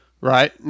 Right